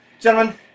Gentlemen